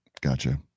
Gotcha